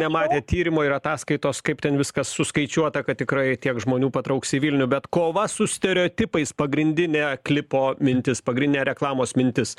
nematėt tyrimo ir ataskaitos kaip ten viskas suskaičiuota kad tikrai tiek žmonių patrauks į vilnių bet kova su stereotipais pagrindinė klipo mintis pagrindinė reklamos mintis